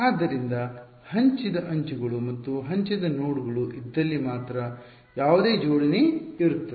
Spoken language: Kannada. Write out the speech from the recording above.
ಆದ್ದರಿಂದ ಹಂಚಿದ ಅಂಚುಗಳು ಅಥವಾ ಹಂಚಿದ ನೋಡ್ಗಳು ಇದ್ದಲ್ಲಿ ಮಾತ್ರ ಯಾವುದೇ ಜೋಡಣೆ ಇರುತ್ತದೆ